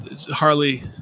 Harley